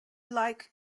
like